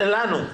לנו.